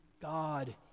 God